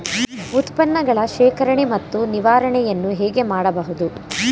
ಉತ್ಪನ್ನಗಳ ಶೇಖರಣೆ ಮತ್ತು ನಿವಾರಣೆಯನ್ನು ಹೇಗೆ ಮಾಡಬಹುದು?